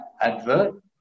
advert